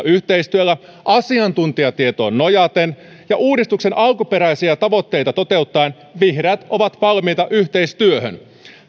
yhteistyöllä asiantuntijatietoon nojaten ja uudistukseen alkuperäisiä tavoitteita toteuttaen vihreät ovat valmiita yhteistyöhön